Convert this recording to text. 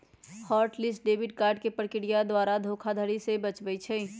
hot list debit card प्रक्रिया द्वारा धोखाधड़ी से बचबइ छै